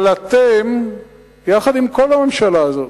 אבל אתם, יחד עם כל הממשלה הזאת,